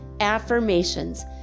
Affirmations